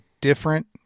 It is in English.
different